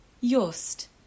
Yost